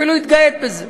אפילו התגאית בזה.